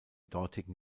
dortigen